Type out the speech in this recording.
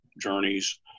journeys